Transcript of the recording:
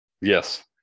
yes